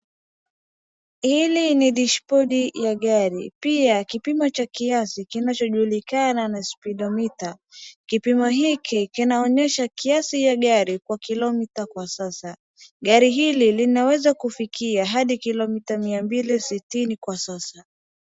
hili ni dishbodi ya gari pia kipimo cha kiasi kinachojulikana na speedometer ,kipimo hiki kinaonyesha kasi cha gari kwa kilomita kwa sasa gari hililinaweza fikia hadi kilomita miambili sitini